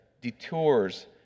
detours